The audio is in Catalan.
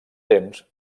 temps